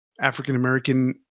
african-american